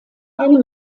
einem